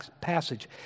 passage